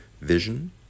vision